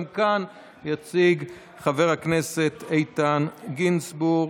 גם כאן יציג חבר הכנסת איתן גינזבורג,